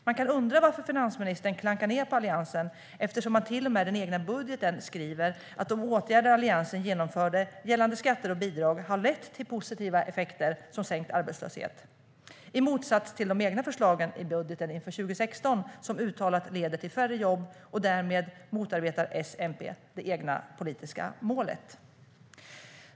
Man kan undra varför finansministern klankar ner på Alliansen eftersom man till och med i den egna budgeten skriver att de åtgärder som Alliansen genomförde gällande skatter och bidrag har lett till positiva effekter som sänkt arbetslösheten - i motsats till de egna förslagen i budgeten för 2016, som uttalat leder till färre jobb. Därmed motarbetar Socialdemokraterna och Miljöpartiet det egna politiska målet.